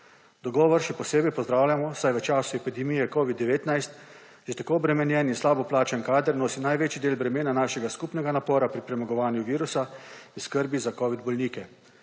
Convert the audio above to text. Dogovor še posebej pozdravljamo, saj v času epidemije Covid-19 že tako obremenjen in slabo plačan kader nosi največji del bremena našega skupnega napora pri premagovanju virusa v skrbi za covid bolnike.